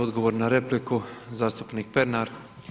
Odgovor na repliku zastupnik Pernar.